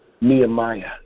Nehemiah